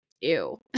ew